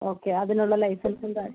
okay അതിനുള്ള ലൈസൻസും കാര്യങ്ങളും